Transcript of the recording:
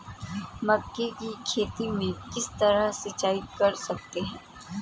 मक्के की खेती में किस तरह सिंचाई कर सकते हैं?